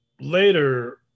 later